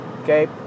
Okay